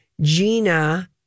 Gina